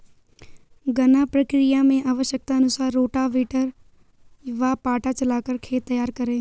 गन्ना प्रक्रिया मैं आवश्यकता अनुसार रोटावेटर व पाटा चलाकर खेत तैयार करें